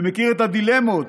ומכיר את הדילמות